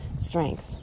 strength